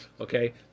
okay